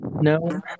No